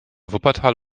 wuppertal